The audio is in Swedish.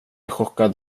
chockad